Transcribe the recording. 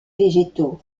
végétaux